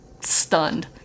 stunned